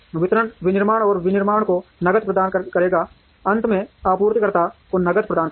वितरण विनिर्माण और विनिर्माण को नकद प्रदान करेगा अंत में आपूर्तिकर्ताओं को नकद प्रदान करेगा